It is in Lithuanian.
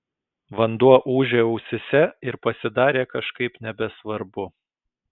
vanduo ūžė ausyse ir pasidarė kažkaip nebesvarbu